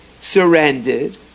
surrendered